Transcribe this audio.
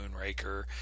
moonraker